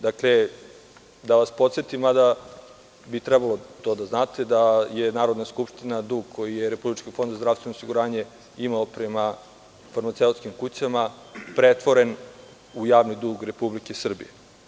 Dakle, da vas podsetim, mada bi trebalo to da znate, da je Narodna skupština dug, koji je Republički fond za zdravstveno osiguranje imao prema farmaceutskim kućama, pretvoren u javni dug Republike Srbije.